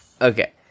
Okay